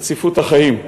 רציפות החיים.